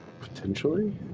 Potentially